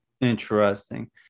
Interesting